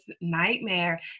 nightmare